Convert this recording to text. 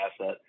asset